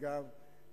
אגב,